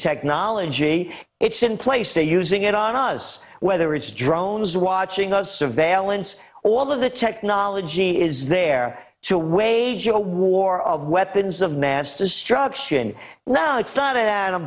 technology it's in place they using it on us whether it's drones watching us surveillance all of the technology is there to wage a war of weapons of mass destruction now it's